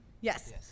Yes